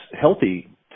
healthy